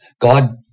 God